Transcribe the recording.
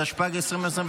התשפ"ג 2023,